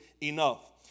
enough